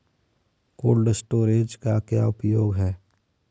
Cold storage का क्या उपयोग है?